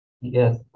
yes